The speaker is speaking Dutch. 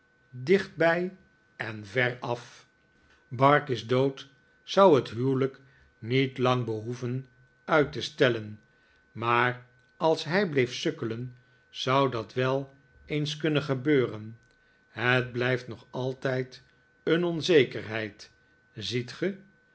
dichtbij en veraf barkis dood zou het huwelijk niet lang behoeven uit te stellen maar als hij bleef sukkelen zou dat wel eens kunnen gebetiren het blijft nog altijd een onzekerheid ziet